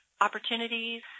opportunities